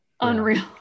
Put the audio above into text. unreal